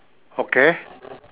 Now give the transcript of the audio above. okay